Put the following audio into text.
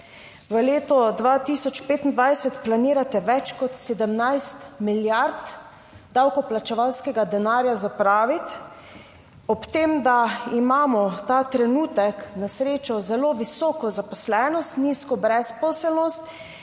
(VI) 14.45** (Nadaljevanje) 17 milijard davkoplačevalskega denarja zapraviti ob tem, da imamo ta trenutek na srečo zelo visoko zaposlenost, nizko brezposelnost.